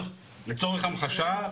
לצורך המחשה,